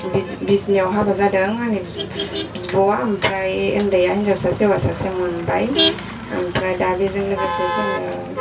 बिजनियाव हाबा जादों आंनि बिब'आ आमफाय उन्दैया हिनजाव सासे हौवा सासे मोनबाय ओमफ्राय दा बिजों लोगोसे जोङो